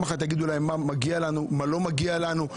אחת יגידו להם מה מגיע לנו ומה לא מגיע לנו.